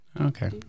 Okay